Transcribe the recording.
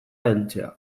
heltzea